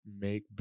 make